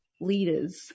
leaders